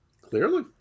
Clearly